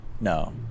no